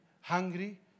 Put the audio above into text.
hungry